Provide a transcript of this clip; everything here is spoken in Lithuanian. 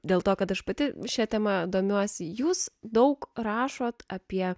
dėl to kad aš pati šia tema domiuosi jūs daug rašote apie